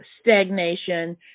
stagnation